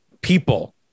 people